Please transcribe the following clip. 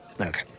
Okay